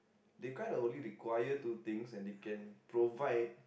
they kind of only require two things and they can provide